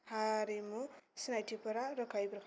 हारिमु सिनायथिफोरा रोखायै बेरखाङो